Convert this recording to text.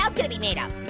um could it be made um